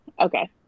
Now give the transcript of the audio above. Okay